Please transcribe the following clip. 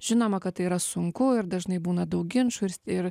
žinoma kad tai yra sunku ir dažnai būna daug ginčų ir ir